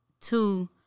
Two